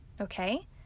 okay